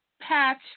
Patch